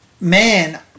man